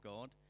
God